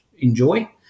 enjoy